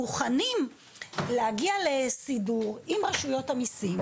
מוכנים להגיע לסידור עם רשויות המיסים,